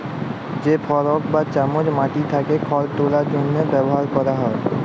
যে ফরক বা চামচ মাটি থ্যাকে খড় তুলার জ্যনহে ব্যাভার ক্যরা হয়